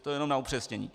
To jenom na upřesnění.